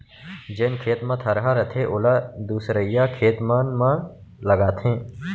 जेन खेत म थरहा रथे ओला दूसरइया खेत मन म लगाथें